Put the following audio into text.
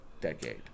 decade